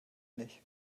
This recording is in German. nicht